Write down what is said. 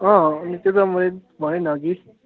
अँ त्यो त मैले भने नि अघि